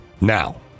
Now